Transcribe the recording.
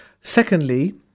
Secondly